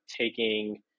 taking